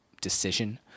decision